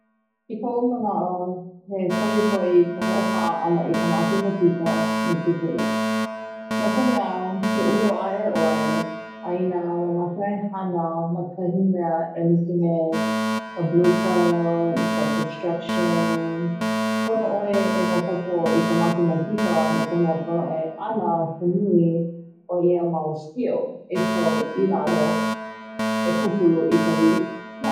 I koʻu manaʻo he koʻikoʻi ka hoʻopaʻa ana i ka makemakika mai ke kula, no ka mea ke ulu aʻe ʻoe a i na mamake e hana ma kahi mea e like me ka Blue print, construction pono ʻoe e maopopo i ka makemakika no ka mea pono ʻoe e ana i ka nui ʻoia mau steel e kau i lalo e kukulu i kahi mea.